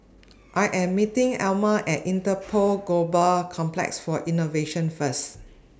I Am meeting Elmer At Interpol Global Complex For Innovation First